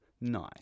Nice